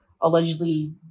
allegedly